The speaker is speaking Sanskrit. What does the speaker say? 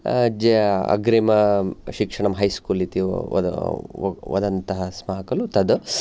ज अग्रिम शिक्षणं हैस्कूल् इति वदन्तः स्मः खलु तत्